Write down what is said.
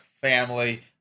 family